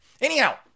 Anyhow